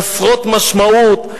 חסרות משמעות,